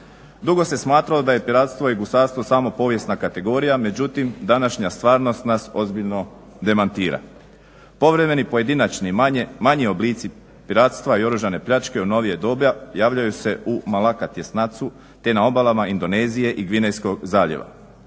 Dugo se smatralo da je piratstvo i gusarstvo samo povijesna kategorija, međutim današnja stvarnost nas ozbiljno demantira. Povremeni pojedinačni manji oblici piratstva i oružane pljačke u novije doba javljaju se u Malacca tjesnacu te na obalama Indonezije i Gvinejskog zaljeva.